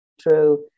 true